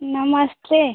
नमस्ते